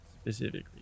specifically